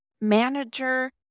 manager